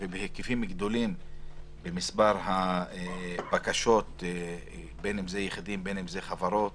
ובהיקפים גדולים במספר הבקשות של יחידים וחברות